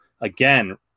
again